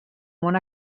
món